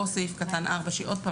או סעיף קטן (4) ושוב,